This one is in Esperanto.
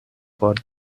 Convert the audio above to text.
por